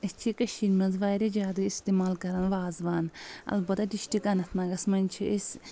أسۍ چھِ کٔشیٖرِ منٛز واریاہ زیادٕ استعمال کران وازوان البتہ ڈِسٹِک انَتھناگَس منٛز چھِ أسۍ